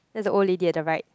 that's a old lady at the right